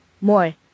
more